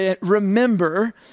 remember